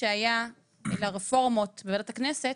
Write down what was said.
שהיה לרפורמות בוועדת הכנסת,